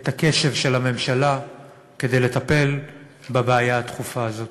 את הקשב של הממשלה כדי לטפל בבעיה הדחופה הזאת.